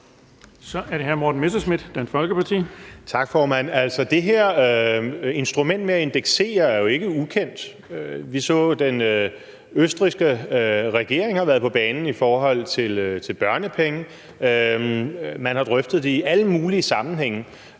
Kl. 14:45 Morten Messerschmidt (DF): Tak, formand. Det her instrument med at indeksere er jo ikke ukendt. Vi så, at den østrigske regering har været på banen i forhold til børnepenge; man har drøftet det i alle mulige sammenhænge.